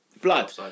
Blood